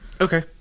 okay